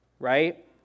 right